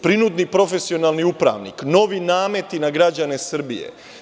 Prinudni profesionalni upravnik, novi nameti na građane Srbije.